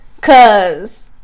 Cause